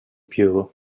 più